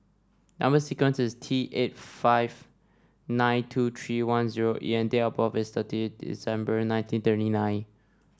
number sequence is T eight five nine two three one zero E and date of birth is thirteen December nineteen thirty nine